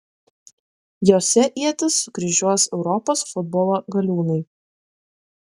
jose ietis sukryžiuos europos futbolo galiūnai